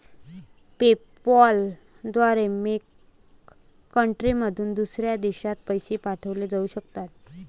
PayPal द्वारे make कंट्रीमधून दुसऱ्या देशात पैसे पाठवले जाऊ शकतात